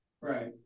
right